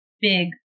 big